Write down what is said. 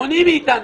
מונעים מאתנו.